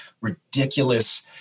ridiculous